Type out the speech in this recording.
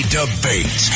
debate